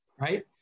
right